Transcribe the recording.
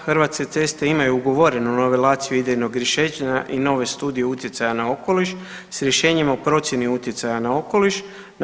Hrvatske ceste imaju ugovorenu nivelaciju idejnog rješenja i nove studije utjecaja na okoliš s rješenjima o procijeni utjecaja na okoliš.